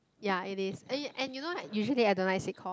ya it is and you know like usually I don't like sitcom